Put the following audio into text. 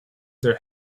their